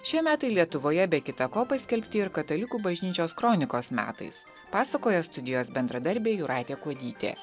šie metai lietuvoje be kita ko paskelbti ir katalikų bažnyčios kronikos metais pasakoja studijos bendradarbė jūratė kuodytė